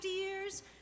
years